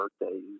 birthdays